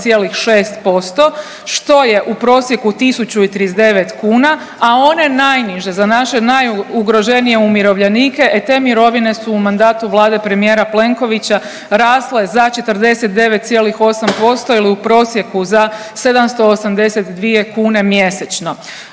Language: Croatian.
38,6% što je u prosjeku 1039. kuna, a one najniže za naše najugroženije umirovljenike e te mirovine su u mandatu Vlade premijera Plenkovića rasle za 49,8% ili u prosjeku za 782 kune mjesečno.